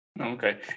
Okay